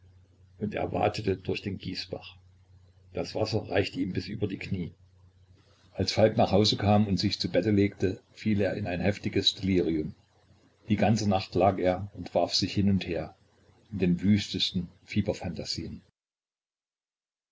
und er watete durch den gießbach das wasser reichte ihm bis über die knie als falk nach hause kam und sich zu bette legte fiel er in ein heftiges delirium die ganze nacht lag er und warf sich hin und her in den wüstesten